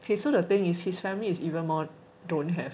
okay so the thing it's his family is even more don't have